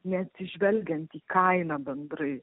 neatsižvelgiant į kainą bendrai